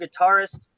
guitarist